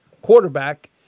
quarterback